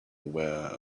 aware